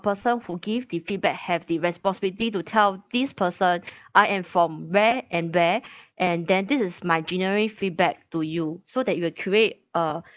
person who give the feedback have the responsibility to tell this person I am from where and where and then this is my generic feedback to you so that you will create a